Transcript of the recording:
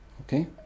Okay